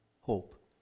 hope